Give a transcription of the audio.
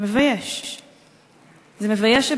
זה מבייש.